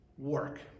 work